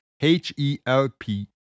H-E-L-P